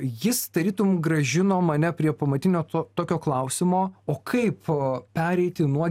jis tarytum grąžino mane prie pamatinio to tokio klausimo o kaip pereiti nuo